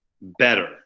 better